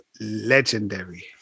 legendary